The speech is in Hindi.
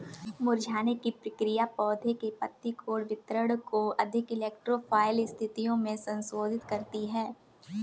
मुरझाने की प्रक्रिया पौधे के पत्ती कोण वितरण को अधिक इलेक्ट्रो फाइल स्थितियो में संशोधित करती है